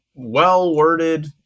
Well-worded